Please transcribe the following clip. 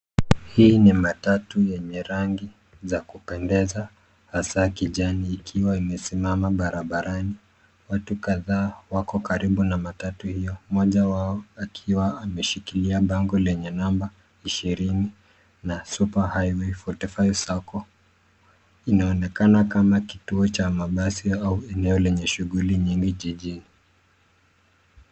Hii ni matatu yenye rangi za kupendeza hasa kijani ikiwa imesimama barabarani . Watu kadhaa wako karibu na matatu hiyo , mmoja wao akiwa ameshikilia bango lenye namba 20 na super highway 45 sacco . Inaonekana kama kituo cha mabasi au eneo lenye shughuli nyingi jijini.